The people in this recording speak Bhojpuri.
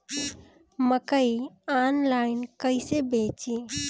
मकई आनलाइन कइसे बेची?